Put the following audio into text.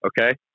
Okay